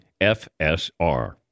FSR